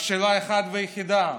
השאלה האחת והיחידה: